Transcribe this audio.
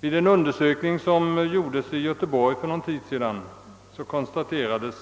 Vid en undersökning som gjordes i Göteborg för någon tid sedan konstaterades